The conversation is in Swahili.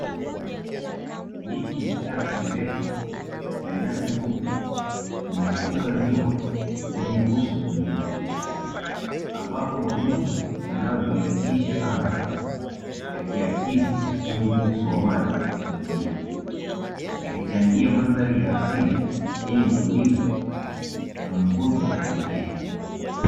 Miti michache mirefu na nyasi fupi zimezunguka ziwa lenye uso tulivu ambapo mawingu yanayoviringisha anga yakiakisi kwenye uso wa maji ya ziwa yakichangia mandhari ya asili yenye utulivu na mvuto wa kipekee.